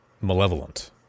malevolent